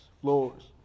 floors